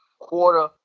quarter